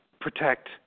protect